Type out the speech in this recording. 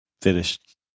finished